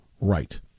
right